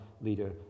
leader